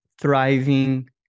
thriving